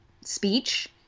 speech